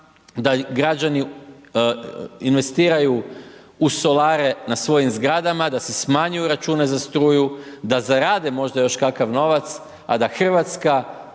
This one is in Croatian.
da građani investiraju u solare na svojim zgradama, da si smanjuju račune za struju, da zarade još kakav novac, a da Hrvatska